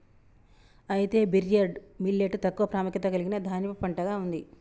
అయితే barnyard millet తక్కువ ప్రాముఖ్యత కలిగిన ధాన్యపు పంటగా ఉంది